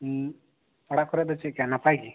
ᱦᱮᱸ ᱚᱲᱟᱜ ᱠᱚᱨᱮ ᱫᱚ ᱪᱮᱫᱞᱮᱠᱟ ᱱᱟᱯᱟᱭᱜᱮ